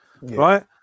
Right